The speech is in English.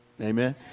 amen